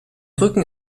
rücken